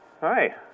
Hi